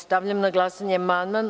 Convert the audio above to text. Stavljam na glasanje amandman.